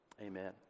amen